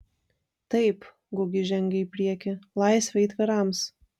taip gugis žengė į priekį laisvę aitvarams